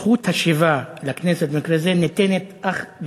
זכות השיבה לכנסת במקרה זה ניתנת אך,